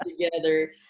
together